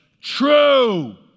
true